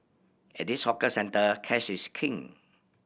at this hawker centre cash is king